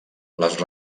les